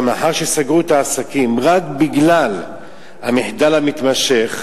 גם לאחר שסגרו את העסקים רק בגלל המחדל המתמשך,